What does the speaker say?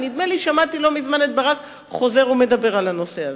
ונדמה לי ששמעתי לא מזמן את ברק חוזר ומדבר על הנושא הזה,